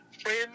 friends